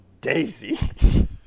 daisy